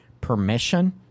permission